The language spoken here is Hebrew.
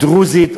דרוזית,